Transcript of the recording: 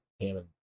Hammond